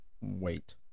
Wait